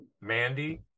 Mandy